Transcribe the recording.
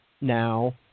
now